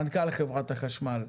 מנכ"ל חברת החשמל,